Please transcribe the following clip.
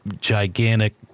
gigantic